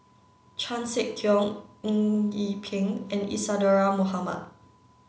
Chan Sek Keong Eng Yee Peng and Isadhora Mohamed